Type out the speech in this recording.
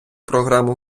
програму